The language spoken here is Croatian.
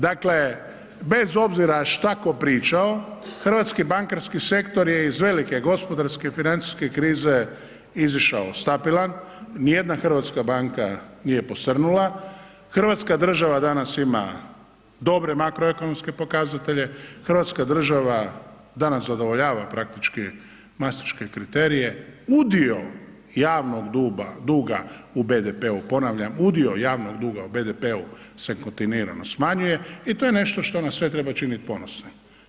Dakle, bez obzira šta ko pričao, hrvatski bankarski sektor, hrvatski bakarski sektor je iz velike gospodarske i financijske krize izišao stabilan, nijedna hrvatska banka nije posrnula, hrvatska država danas ima dobre makroekonomske pokazatelje, hrvatska država danas zadovoljava praktički mastriške kriterije, udio javnog duga u BDP-u, ponavljam udio javnog duga u BDP-u se kontinuirano smanjuje i to je nešto što nas sve treba činit ponosnima.